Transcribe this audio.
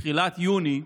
תחילת יוני,